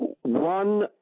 one